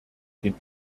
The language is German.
den